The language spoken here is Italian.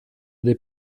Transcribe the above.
the